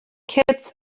kids